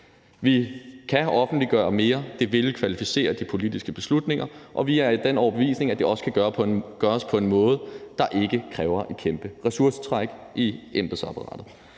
Vi kan offentliggøre mere, og det vil kvalificere de politiske beslutninger. Og vi er af den overbevisning, at det også kan gøres på en måde, der ikke kræver et kæmpe ressourcetræk i embedsapparatet.